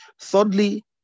thirdly